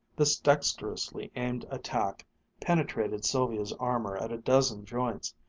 this dexterously aimed attack penetrated sylvia's armor at a dozen joints.